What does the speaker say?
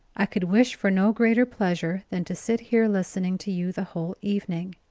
i could wish for no greater pleasure than to sit here listening to you the whole evening.